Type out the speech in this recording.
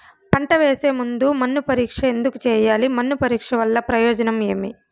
పంట వేసే ముందు మన్ను పరీక్ష ఎందుకు చేయాలి? మన్ను పరీక్ష వల్ల ప్రయోజనం ఏమి?